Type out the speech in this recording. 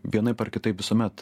vienaip ar kitaip visuomet